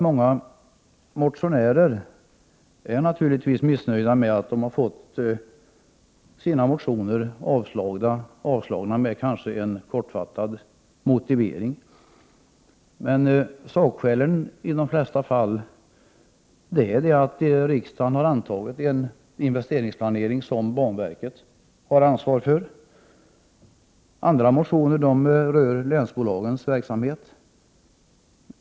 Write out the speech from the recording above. Många motionärer är naturligtvis missnöjda med att de har fått sina motioner avstyrkta med kanske endast en kortfattad motivering. Sakskälet i de flesta fallen är att riksdagen har antagit en investeringsplan som banverket har ansvaret för. Andra motioner rör länsbolagens verksamhet.